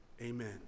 Amen